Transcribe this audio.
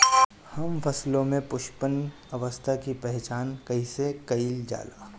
हम फसलों में पुष्पन अवस्था की पहचान कईसे कईल जाला?